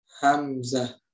Hamza